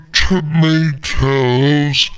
tomatoes